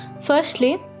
Firstly